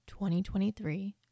2023